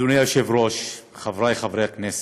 אדוני היושב-ראש, חברי חברי הכנסת,